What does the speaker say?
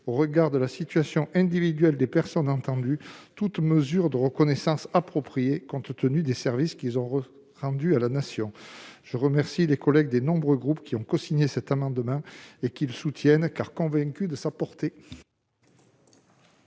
au regard de la situation individuelle des personnes entendues, toute mesure de reconnaissance appropriée compte tenu des services qu'ils ont rendus à la Nation. Je remercie mes collègues des nombreux groupes qui ont cosigné cet amendement et qui le soutiennent, parce qu'ils sont convaincus de sa portée.